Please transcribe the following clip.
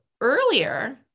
earlier